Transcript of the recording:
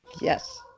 Yes